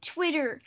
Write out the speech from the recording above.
Twitter